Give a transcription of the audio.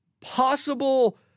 possible